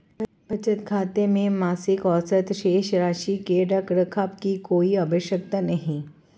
बचत खाते में मासिक औसत शेष राशि के रख रखाव की कोई आवश्यकता नहीं